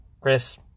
Chris